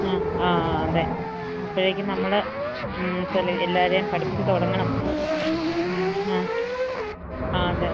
ആ ആ ആ അതെ അപ്പോഴേക്കും നമ്മള് മ് എല്ലാവരെയും പഠിപ്പിച്ച് തുടങ്ങണം മ് ആ ആ അതെ